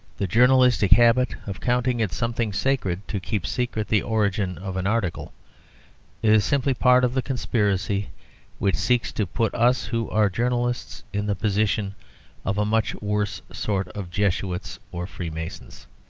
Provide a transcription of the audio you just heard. the journalistic habit of counting it something sacred to keep secret the origin of an article is simply part of the conspiracy which seeks to put us who are journalists in the position of a much worse sort of jesuits or freemasons.